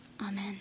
Amen